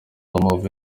w’amavubi